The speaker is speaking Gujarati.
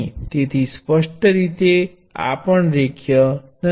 તેથી સ્પષ્ટ રીતે આ પણ રેખીય નથી